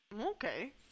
okay